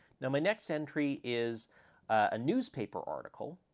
now, my next entry is a newspaper article,